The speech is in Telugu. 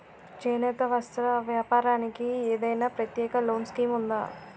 చేనేత వస్త్ర వ్యాపారానికి ఏదైనా ప్రత్యేక లోన్ స్కీం ఉందా?